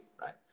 right